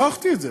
והוכחתי את זה.